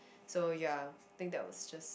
so ya I think that was just